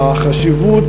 החשיבות